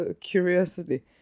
curiosity